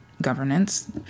Governance